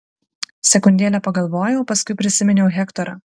sekundėlę pagalvojau paskui prisiminiau hektorą